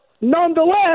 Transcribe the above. nonetheless